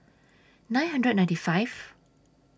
nine hundred and ninety five